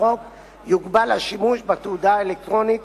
החוק יוגבל השימוש בתעודה האלקטרונית,